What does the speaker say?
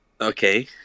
Okay